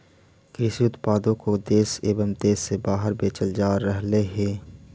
कृषि उत्पादों को देश एवं देश से बाहर बेचल जा रहलइ हे